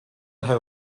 hill